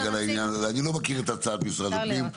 אני לא מכיר את הצעת משרד הפנים.